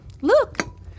Look